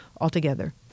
altogether